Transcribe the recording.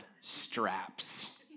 straps